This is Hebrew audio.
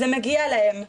זה מגיע להם.